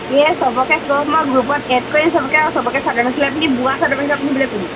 এই চবকে কম মই গ্ৰুপত এড কৰিম চবকে আৰু চবকে চাদৰ মেখেলা পিন্ধি বোৱা চাদৰ মেখেলা পিন্ধিবলে কম